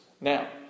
now